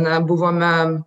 na buvome